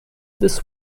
this